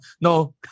no